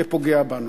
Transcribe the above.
ופוגע בנו.